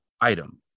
Item